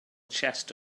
chest